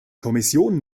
kommission